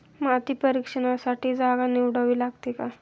माती परीक्षणासाठी जागा निवडावी लागते का?